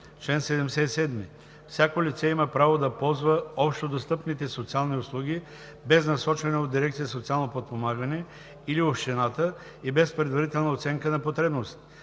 Чл. 77. (1) Всяко лице има право да ползва общодостъпните социални услуги без насочване от дирекция „Социално подпомагане“ или общината и без предварителна оценка на потребностите.